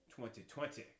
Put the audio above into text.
2020